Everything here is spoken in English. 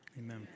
Amen